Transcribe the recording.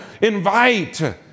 invite